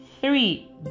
three